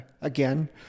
again